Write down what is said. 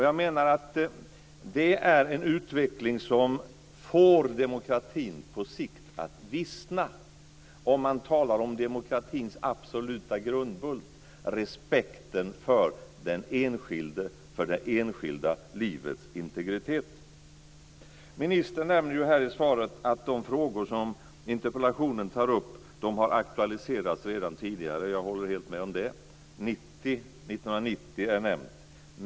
Jag menar att det är en utveckling som på sikt får demokratin att vissna om man talar om demokratins absoluta grundbult, nämligen respekten för den enskilde och för det enskilda livets integritet. Ministern nämnde i svaret att de frågor som tas upp i interpellationen har aktualiserats redan tidigare. Jag håller helt med om det. År 1990 är nämnt.